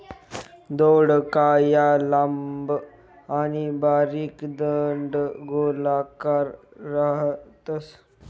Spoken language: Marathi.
दौडका या लांब आणि बारीक दंडगोलाकार राहतस